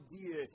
idea